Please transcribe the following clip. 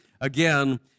again